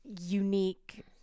unique